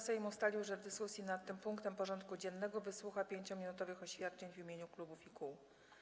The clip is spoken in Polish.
Sejm ustalił, że w dyskusji nad tym punktem porządku dziennego wysłucha 5-minutowych oświadczeń w imieniu klubów i kół.